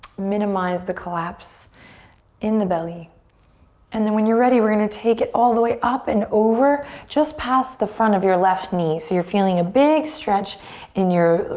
minimize the collapse in the belly and then, when you're ready, we're gonna take it all the way up and over just past the front of your left knee. so you're feeling a big stretch in your